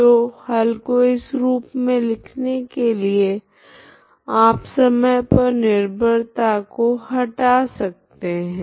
तो हल को इस रूप मे लिखने के लिए आप समय पर निर्भरता हो हटा सकते है